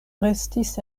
restis